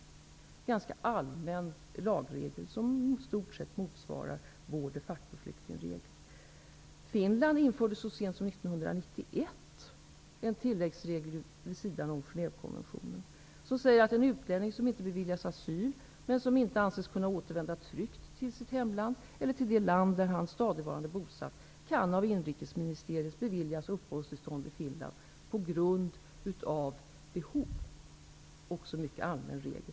Det är en ganska allmän lagregel som i stort sett motsvarar vår de facto-flyktingregel. Finland införde så sent som 1991 en tilläggsregel vid sidan av Genèvekonventionen, som säger att en utlänning som inte beviljas asyl men som inte anses kunna återvända tryggt till sitt hemland eller till det land där han stadigvarande varit bosatt kan av inrikesministeriet beviljas uppehållstillstånd i Detta är också en mycket allmän regel.